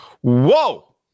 Whoa